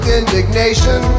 indignation